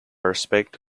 respect